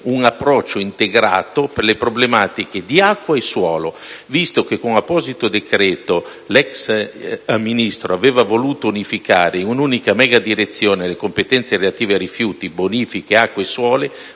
un approccio integrato per le problematiche di acqua e suolo, visto che con un apposito decreto l'ex Ministro aveva voluto unificare in un'unica megadirezione le competenze relative a rifiuti, bonifiche, acqua e suolo,